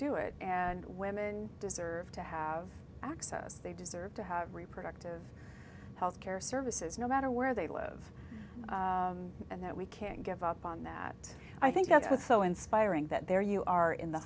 do it and women deserve to have access they deserve to have reproductive health care services no matter where they live and that we can't give up on that i think that's what's so inspiring that there you are in the